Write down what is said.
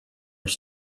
were